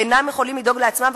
אינם יכולים לדאוג לעצמם,